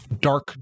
dark